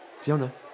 Fiona